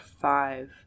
five